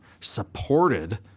supported